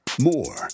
More